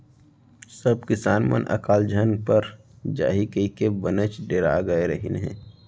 सब किसान मन अकाल झन पर जाही कइके बनेच डेरा गय रहिन हें